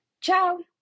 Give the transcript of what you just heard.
Ciao